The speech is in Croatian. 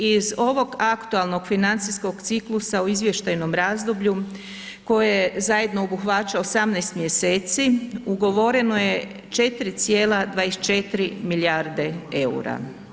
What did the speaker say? Iz ovog aktualnog financijskog ciklusa u izvještajnom razdoblju koje zajedno obuhvaća 18 mjeseci, ugovoreno je 4,24 milijarde EUR-a.